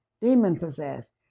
demon-possessed